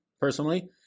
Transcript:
personally